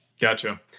Gotcha